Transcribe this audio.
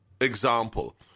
example